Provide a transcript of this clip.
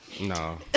no